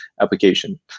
application